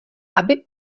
aby